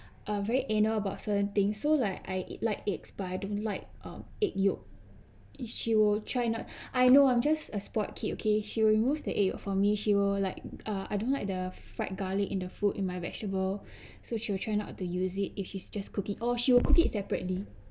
uh very anal about certain things so like I eat like eggs but I don't like ah egg yolk she will try not I know I'm just a spoiled kid okay she'll removed the egg york for me she will like ah I don't like the fried garlic in the food in my vegetable so she'll try not to use it if she's just cook it or she will cook it separately